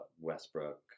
Westbrook